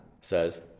says